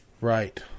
Right